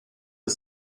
are